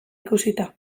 ikusita